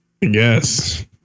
Yes